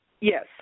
Yes